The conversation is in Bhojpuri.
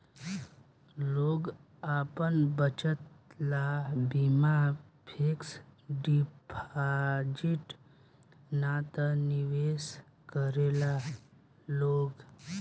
लोग आपन बचत ला बीमा फिक्स डिपाजिट ना त निवेश करेला लोग